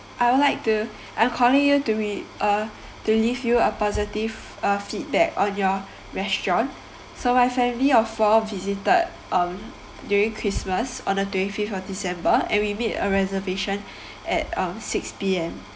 I'd like to the I'm calling you to be uh to leave you a positive uh feedback on your restaurant so my family of four visited um during Christmas on the twenty fifth of december and we made a reservation at six P_M